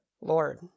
Lord